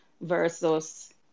versus